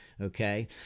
okay